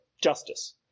justice